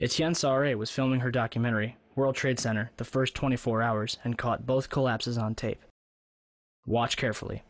un sorry it was filming her documentary world trade center the first twenty four hours and caught both collapses on tape watch carefully